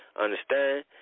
Understand